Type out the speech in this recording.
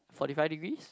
forty five degrees